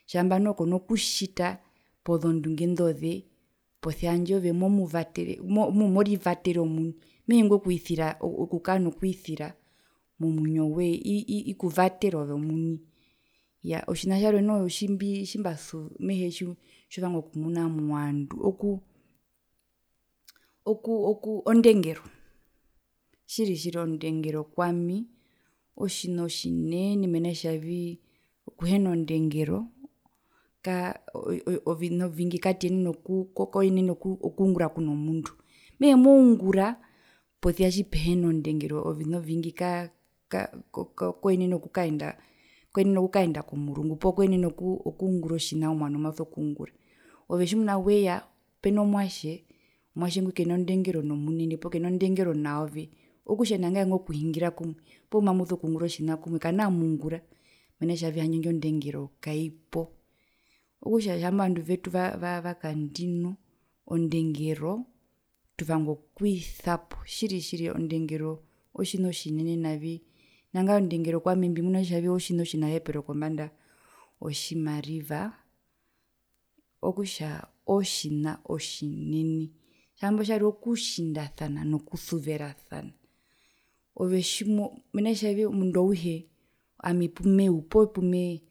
Tjamba noho kona kutjita pozondunge indoze posia momuvatere morivatere omuni mehee ingo kwisira okukaa nokwisira momwinyowee ikuvatera ove omuni, yaa otjina tjarwe noho tjimbi tjiimbasu mehee tjiuu tjiuvanga okumuna movandu okuu oku oku ondengero tjiri tjiri ondengero kwami otjina tjinene mena kutjavii okuhena ondengero ka ovina ovingi katuyenene oku koyenene oku okungura kwenomundu mehee moungura posia tjipehina ndengero ovina ovingi kaa ka ka koenene okukaenda koenene okukaenda komurungu poo koenene oku okungura otjina owamo mbumoso kungura ove tjimuna weya peno mwatje omwatje ngwi keno ndengero nomunene poo ndengero naove okutja nangae kanaa mungura mena kutja handje indji ondengero kaip, okutja tjaamba ovandu vetu va vakandino ondengero tuvanga okwisapo tjiri tjiri tjiri ondengero otjina otjinene navi nangae ondengero kwami mbimuna kutja otjina otjinahepero kombandaa otjimariva okutja ootjina otjinene hambo tjarwe okutjindasana nokusuverasana ove tjimoo mena tjavi omundu auhe ami pumeuu po pumee